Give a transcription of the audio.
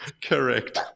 correct